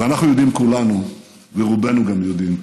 ואנחנו יודעים כולנו, רובנו יודעים,